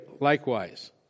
Likewise